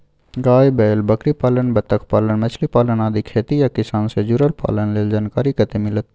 गाय, बैल, बकरीपालन, बत्तखपालन, मछलीपालन आदि खेती आ किसान से जुरल पालन लेल जानकारी कत्ते मिलत?